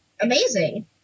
amazing